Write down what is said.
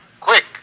quick